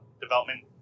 development